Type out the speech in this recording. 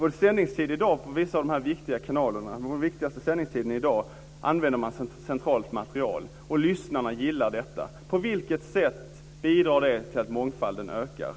Man använder i dag på vissa av de viktiga kanalerna och på den viktigaste sändningstiden centralt material, och lyssnarna gillar detta. På vilket sätt bidrar det till att mångfalden minskar?